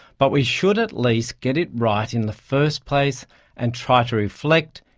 but we should at least get it right in the first place and try to reflect,